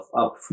up